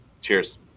cheers